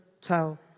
tell